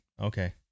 Okay